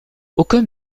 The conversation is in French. aucun